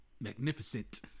magnificent